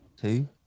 two